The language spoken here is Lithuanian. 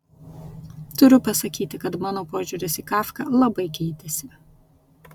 turiu pasakyti kad mano požiūris į kafką labai keitėsi